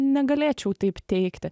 negalėčiau taip teigti